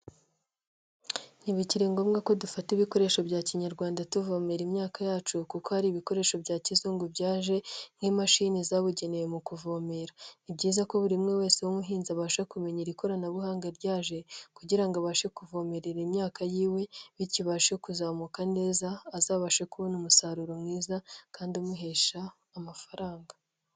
Ntibikiri ngombwa ko dufata ibikoresho bya kinyarwanda, tuvomera imyaka yacu kuko hari ibikoresho bya kizungu byaje nk'imashini zabugenewe mu kuvomera. Ni byiza ko buri umwe wese w'umuhinzi, abasha kumenya iri koranabuhanga ryaje kugira ngo abashe kuvomerera imyaka yiwe bityo ibashe kuzamuka neza. Azabashe kubona umusaruro mwiza kandi umuhesha amafaranga.